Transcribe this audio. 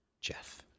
Jeff